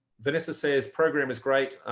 vanessa says program is great!